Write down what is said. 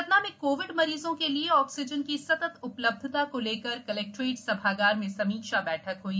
सतना में कोविड मरीजों के लिए ऑक्सीजन की सतत उपलब्धता को लेकर कलेक्ट्रेट सभागार में समीक्षा बैठक हुई